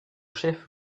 chef